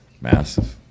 Massive